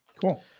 Cool